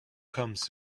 comes